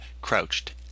crouched